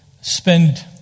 spend